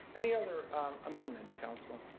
any other amendments? counseling,